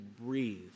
breathe